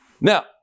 Now